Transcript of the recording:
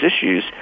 issues